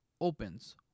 opens